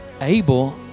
abel